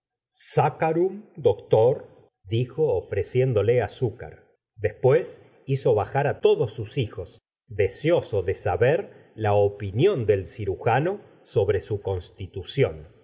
mismo saccharum doctor dijo ofreciéndole azúcar después hizo bajar á todos sus hijos deseoso de saber la opinión del cirujano sobre su constitución